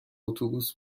اتوبوس